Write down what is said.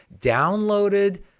downloaded